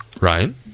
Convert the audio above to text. Ryan